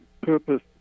purpose